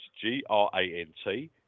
G-R-A-N-T